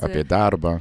apie darbą